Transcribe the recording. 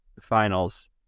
finals